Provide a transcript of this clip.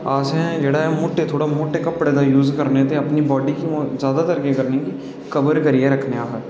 असें जेह्ड़ा ऐ मुट्टे मुट्टे कपड़ें दा यूज़ करने ते अपनी बॉडी गी जादा गर्मी करनी ते कवर करियै रक्खने अस